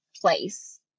place